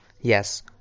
yes